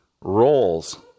roles